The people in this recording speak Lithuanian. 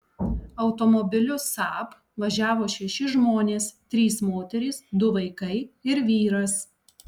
automobiliu saab važiavo šeši žmonės trys moterys du vaikai ir vyras